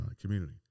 community